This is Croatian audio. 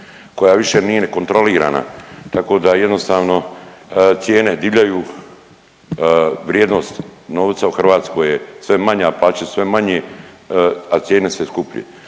koja više nije ni kontrolirana, tako da jednostavno cijene divljaju, vrijednost novca u Hrvatskoj je sve manja, plaće sve manje, a cijene sve skuplje.